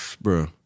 bro